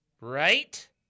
right